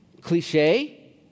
cliche